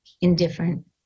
Indifferent